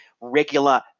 regular